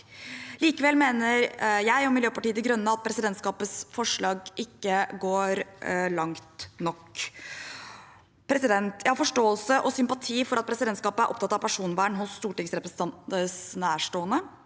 Likevel mener jeg og Miljøpartiet De Grønne at presidentskapets forslag ikke går langt nok. Jeg har forståelse og sympati for at presidentskapet er opptatt av personvern hos stortingsrepresentanters nærstående.